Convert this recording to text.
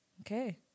Okay